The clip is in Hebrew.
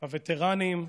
הווטרנים,